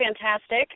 fantastic